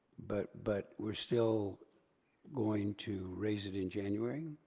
but but we're still going to raise it in january?